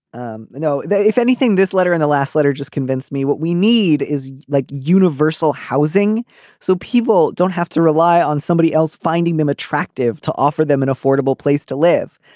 um know that if anything this letter in the last letter just convinced me what we need is like universal housing so people don't have to rely on somebody else finding them attractive to offer them an affordable place to live.